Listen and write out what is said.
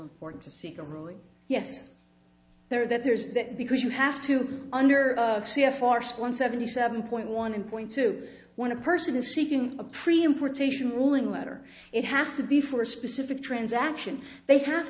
important to see the ruling yes there that there is that because you have to under see a forced one seventy seven point one point two one a person is seeking a pre importation ruling letter it has to be for a specific transaction they have